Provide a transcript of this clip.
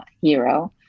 hero